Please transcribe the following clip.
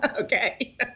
Okay